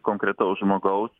konkretaus žmogaus